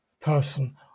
person